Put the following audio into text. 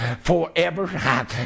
Forever